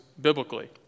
biblically